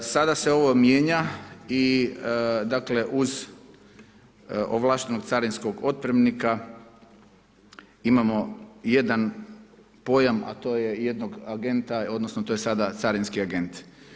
Sada se ovo mijenja i dakle uz ovlaštenog carinskog otpremnika imamo jedan pojam a to je i jednog agenta, odnosno to je sada carinski agent.